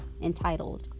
entitled